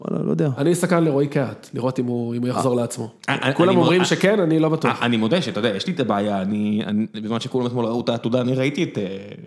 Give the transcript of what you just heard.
ואללה לא יודע. אני מסתכל על רועי קהת, לראות אם הוא יחזור לעצמו, כולם אומרים שכן, אני לא בטוח. אני מודה ש... אתה יודע, שיש לי בעיה, בזמן שכולם אתמול ראו את העתודה, אני ראיתי את…